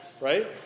right